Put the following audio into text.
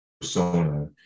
persona